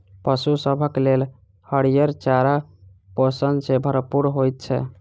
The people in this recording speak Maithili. पशु सभक लेल हरियर चारा पोषण सॅ भरपूर होइत छै